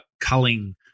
culling